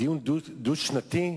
דיון דו-שנתי?